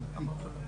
הקומץ זה לא